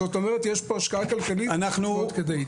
זאת אומרת שיש פה השקעה כלכלית מאוד כדאית.